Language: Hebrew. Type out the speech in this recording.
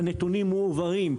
אם לא תהיה החלטה שהנתונים מועברים,